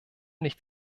nicht